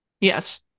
Yes